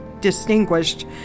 distinguished